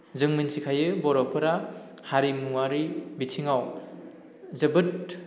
जों मिन्थिखायो बर'फोरा हारिमुआरि बिथिङाव जोबोद